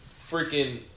freaking